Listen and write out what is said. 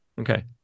Okay